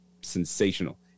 sensational